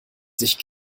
sich